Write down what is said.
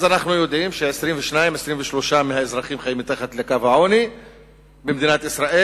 אנחנו יודעים ש-22% 23% מהאזרחים חיים מתחת לקו העוני במדינת ישראל,